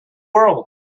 world